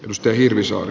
noste hirvisuo